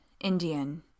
Indian